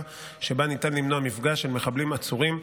שבה ניתן למנוע מפגש של מחבלים עצורים,